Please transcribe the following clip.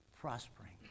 prospering